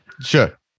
sure